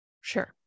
Sure